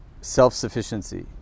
self-sufficiency